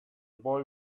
boy